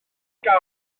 gau